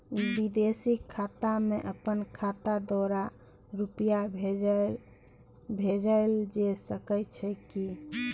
विदेशी खाता में अपन खाता द्वारा रुपिया भेजल जे सके छै की?